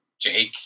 Jake